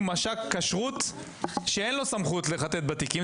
מש"ק כשרות שאין לו סמכות לחטט בתיקים,